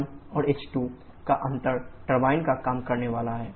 Pc10098 kJkg h1 और h2 का अंतर टरबाइन का काम करने वाला है